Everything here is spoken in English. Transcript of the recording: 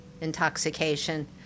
intoxication